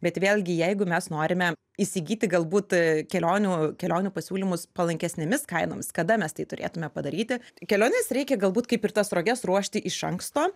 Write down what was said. bet vėlgi jeigu mes norime įsigyti galbūt kelionių kelionių pasiūlymus palankesnėmis kainomis kada mes tai turėtume padaryti keliones reikia galbūt kaip ir tas roges ruošti iš anksto